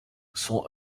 son